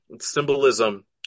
Symbolism